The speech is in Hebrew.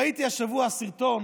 ראיתי השבוע סרטון